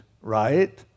right